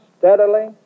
steadily